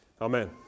Amen